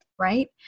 right